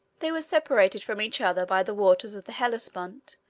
they were separated from each other by the waters of the hellespont,